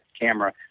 camera